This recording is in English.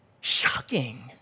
shocking